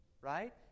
right